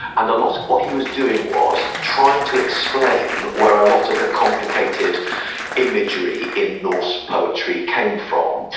and a lot of what he was doing was trying to explain where a lot of the complicated imagery in norse poetry came from.